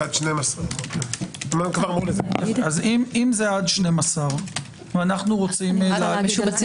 עד 12. אמרו.